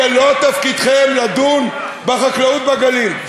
זה לא תפקידכם לדון בחקלאות בגליל.